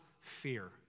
fear